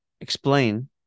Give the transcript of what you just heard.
explain